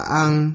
ang